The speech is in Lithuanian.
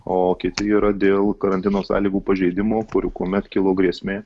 o kiti yra dėl karantino sąlygų pažeidimų kurių kuomet kilo grėsmė